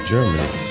Germany